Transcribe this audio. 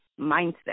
Mindset